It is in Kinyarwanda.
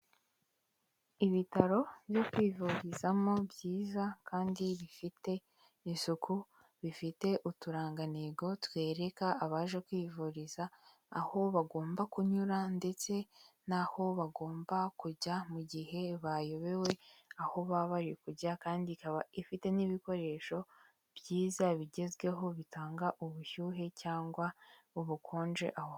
Ibitaro byo kwivurizamo byiza kandi bifite isuku, bifite uturangantego twereka abaje kwivuriza aho bagomba kunyura, ndetse nho bagomba kujya mu gihe bayobewe aho baba bari kujya, kandi ikaba ifite n'ibikoresho byiza bigezweho bitanga ubushyuhe cyangwa ubukonje aho.